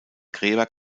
gräber